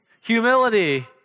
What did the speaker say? humility